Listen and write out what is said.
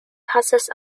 passes